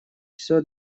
все